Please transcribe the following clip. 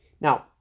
Now